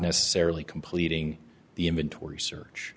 necessarily completing the inventory search